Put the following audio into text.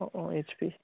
অঁ অঁ এইছপি